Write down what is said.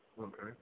Okay